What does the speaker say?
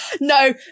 No